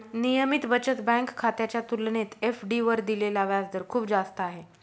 नियमित बचत बँक खात्याच्या तुलनेत एफ.डी वर दिलेला व्याजदर खूप जास्त आहे